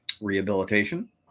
rehabilitation